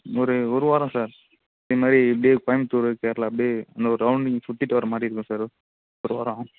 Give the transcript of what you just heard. ஒரு ஒரு வாரம் சார் இதுமாதிரி இப்படியே கோயம்த்தூரு கேரளா அப்படியே அந்த ஒரு ரௌண்ட் நீங்கள் சுற்றிட்டு வர மாதிரி இருக்கும் சாரு ஒரு வாரம்